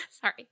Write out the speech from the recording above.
Sorry